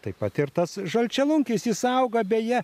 taip pat ir tas žalčialunkis jis auga beje